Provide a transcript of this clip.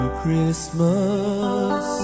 christmas